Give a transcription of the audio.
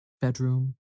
bedroom